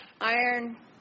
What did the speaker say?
iron